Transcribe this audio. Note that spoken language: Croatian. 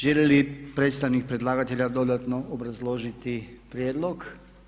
Želi li predstavnik predlagatelja dodatno obrazložiti prijedlog?